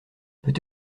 peut